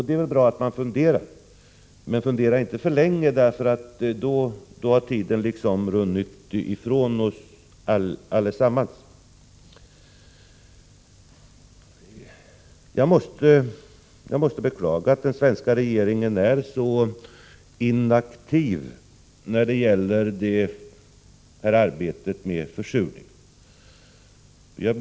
Det är väl bra att man funderar, men fundera inte för länge — då rinner tiden ifrån oss allesammans! Jag måste beklaga att den svenska regeringen är så inaktiv när det gäller arbetet med försurningen.